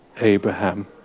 Abraham